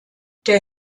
der